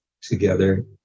together